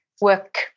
work